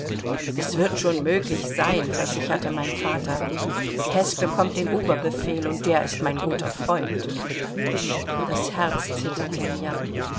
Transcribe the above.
es wird schon möglich sein versicherte mein vater heß bekommt den oberbefehl und der ist mein guter freund das herz zitterte mir